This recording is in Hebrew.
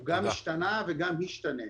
הוא גם השתנה וגם ישתנה,